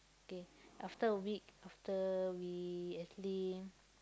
okay after a week after we actually